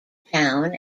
town